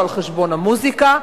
או על חשבון המוזיקה,